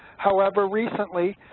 however recently,